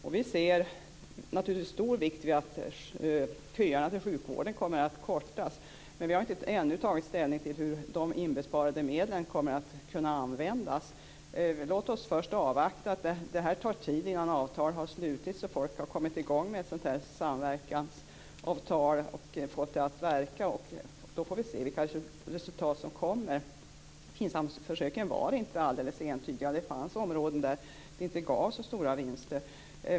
Vi fäster naturligtvis stor vikt vid att köerna till sjukvården kommer att kunna kortas. Men vi har ännu inte tagit ställning till hur de inbesparade medlen kommer att kunna användas. Låt oss först avvakta! Det tar tid innan avtal har slutits och folk har kommit i gång med ett sådant här samverkansavtal och fått det att verka. Vi får se vilket resultat som kommer fram. FINSAM-försöken var inte alldeles entydiga. Det fanns områden där de inte gav så stora vinster.